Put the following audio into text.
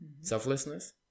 selflessness